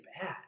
bad